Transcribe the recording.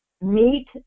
meet